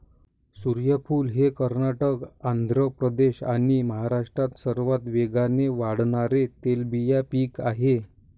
सूर्यफूल हे कर्नाटक, आंध्र प्रदेश आणि महाराष्ट्रात सर्वात वेगाने वाढणारे तेलबिया पीक आहे